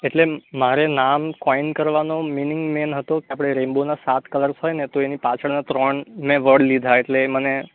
એટલે મારે નામ કોઈન કરવાનો મીનિંગ મેન હતો કે આપણે રેઈનબોના સાત કલર્સ હોય ને તો એની પાછળના ત્રણ મેં વર્ડ લીધા એટલે એ મને